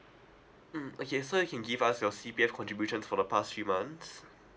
mm okay so you can give us your C_P_F contributions for the past few months